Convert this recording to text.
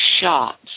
shots